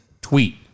tweet